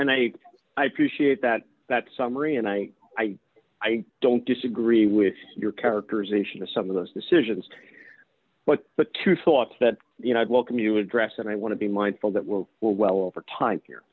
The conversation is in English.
and i appreciate that that summary and i i i don't disagree with your characterization of some of those decisions but the two thoughts that you know i'd welcome you address and i want to be mindful that we're we're well over time here